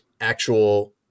actual